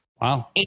Wow